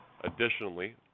Additionally